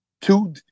Two